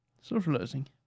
socializing